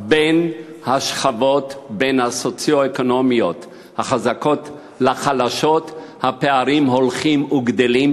בין השכבות הסוציו-אקונומיות החזקות לחלשות הולכים וגדלים,